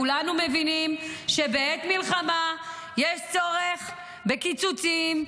כולנו מבינים שבעת מלחמה יש צורך בקיצוצים,